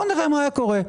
נראה מה היה קורה.